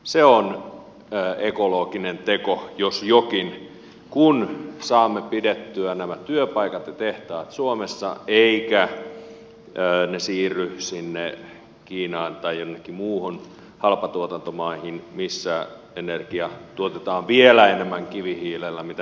se on ekologinen teko jos jokin kun saamme pidettyä nämä työpaikat ja tehtaat suomessa eivätkä ne siirry sinne kiinaan tai jonnekin muihin halpatuotantomaihin missä energia tuotetaan vielä enemmän kivihiilellä kuin nykyään suomessa